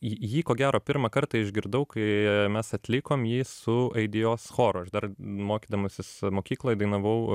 jį jį ko gero pirmą kartą išgirdau kai mes atlikom jį su aidijos choru aš dar mokydamasis mokykloj dainavau